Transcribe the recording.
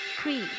three